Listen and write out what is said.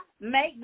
make